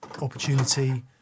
opportunity